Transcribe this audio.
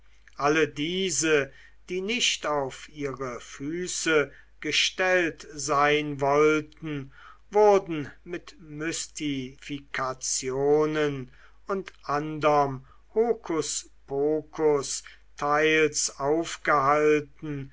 alle diese die nicht auf ihre füße gestellt sein wollten wurden mit mystifikationen und anderm hokuspokus teils aufgehalten